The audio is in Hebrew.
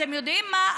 יודעים מה?